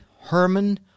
Herman